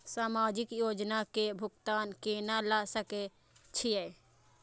समाजिक योजना के भुगतान केना ल सके छिऐ?